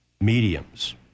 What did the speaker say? mediums